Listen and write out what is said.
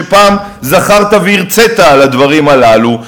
פעם זכרת והרצית על הדברים הללו,